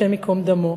השם ייקום דמו,